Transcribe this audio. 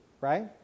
right